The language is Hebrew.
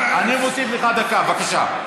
בבקשה.